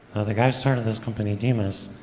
the guy who started this company, demis,